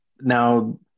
Now